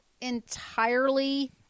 entirely